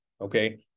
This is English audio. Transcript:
okay